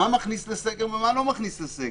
מה מכניס לסגר ומה לא מכניס לסגר?